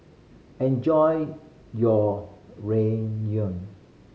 enjoy your Ramyeon